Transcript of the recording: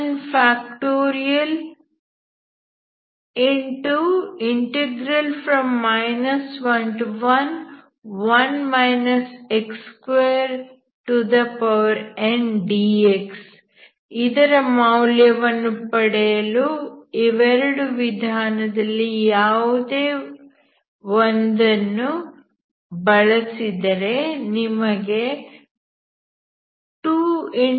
111 x2ndx ಇದರ ಮೌಲ್ಯವನ್ನು ಪಡೆಯಲು ಇವೆರಡು ವಿಧಾನಗಳಲ್ಲಿ ಯಾವುದೇ ಒಂದನ್ನು ಬಳಸಿದರೆ ನಿಮಗೆ 2n